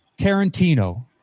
Tarantino